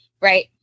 Right